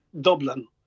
Dublin